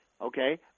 okay